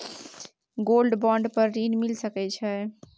Gold bond पर ऋण मिल सके छै?